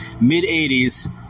Mid-80s